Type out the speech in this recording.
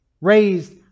raised